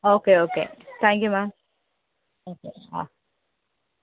okay okay thank you ma'am okay ആ